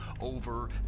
over